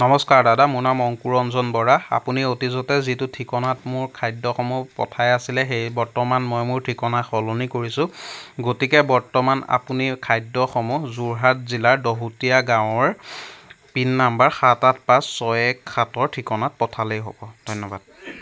নমস্কাৰ দাদা মোৰ নাম অংকুৰ ৰঞ্জন বৰা আপুনি অতিজতে যিটো ঠিকনাত মোৰ খাদ্যসমূহ পঠাই আছিলে সেই বৰ্তমান মই মোৰ ঠিকনা সলনি কৰিছোঁ গতিকে বৰ্তমান আপুনি খাদ্যসমূহ যোৰহাট জিলাৰ দহোটীয়া গাঁৱৰ পিন নম্বৰ সাত আঠ পাঁচ ছয় এক সাতৰ ঠিকনাত পঠালেই হ'ব ধন্যবাদ